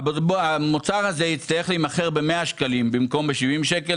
המוצר הזה יצטרך להימכר ב-100 שקלים במקום ב-70 שקלים,